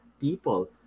people